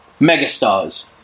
megastars